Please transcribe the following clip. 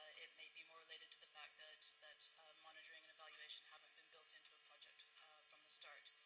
it may be more related to the fact that that monitoring and evaluation haven't been built into a project from the start.